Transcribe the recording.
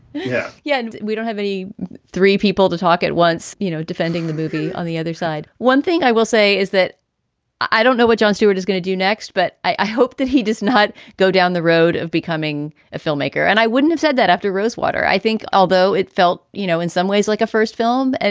yeah. yeah. and we don't have any three people to talk at once, you know, defending the movie. on the other side, one thing i will say is that i don't know what jon stewart is going to do next, but i hope that he does not go down the road of becoming a filmmaker. and i wouldn't have said that after rosewater. i think although it felt, you know, in some ways like a first film, and